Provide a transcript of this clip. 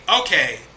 okay